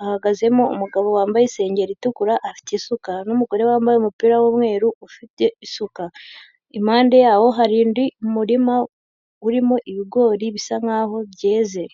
hahagazemo umugabo wambaye isengeri itukura afite isuka, n'umugore wambaye umupira w'umweru ufite isuka, impande yawo harindi murima urimo ibigori bisa nkaho byeze.